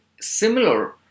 similar